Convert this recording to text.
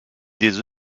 des